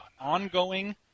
Ongoing